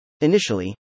Initially